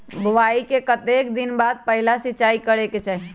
बोआई के कतेक दिन बाद पहिला सिंचाई करे के चाही?